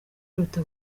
iruta